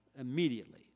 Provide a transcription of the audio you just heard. immediately